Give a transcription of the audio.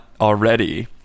already